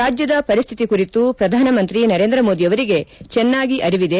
ರಾಜ್ಯದ ಪರಿಸ್ತಿತಿ ಕುರಿತು ಪ್ರಧಾನಮಂತ್ರಿ ನರೇಂದ್ರ ಮೋದಿಯವರಿಗೆ ಚೆನ್ನಾಗಿ ಅರಿವಿದೆ